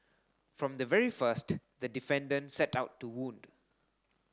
from the very first the defendant set out to wound